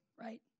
Right